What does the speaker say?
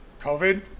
COVID